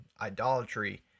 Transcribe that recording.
idolatry